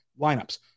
lineups